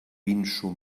pinso